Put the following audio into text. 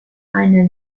einer